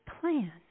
plan